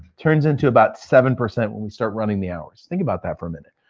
turns into about seven percent when we start running the hours, think about that for a minute.